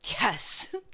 Yes